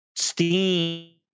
Steam